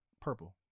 purple